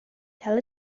tell